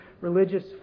religious